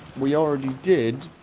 we already did